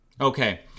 Okay